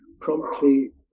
promptly